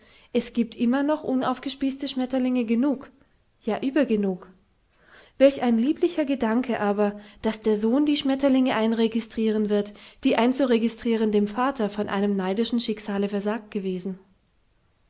es giebt immer noch unaufgespießte schmetterlinge genug ja übergenug welch ein lieblicher gedanke aber daß der sohn die schmetterlinge einregistrieren wird die einzuregistrieren dem vater von einem neidischen schicksale versagt gewesen